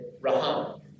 Raham